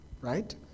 Right